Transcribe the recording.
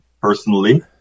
personally